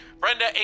Brenda